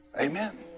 Amen